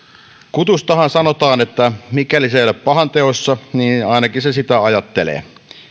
kutustahan sanotaan että mikäli se ei ole pahanteossa niin ainakin se sitä ajattelee